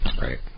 Right